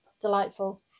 delightful